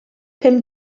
pum